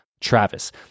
Travis